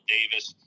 Davis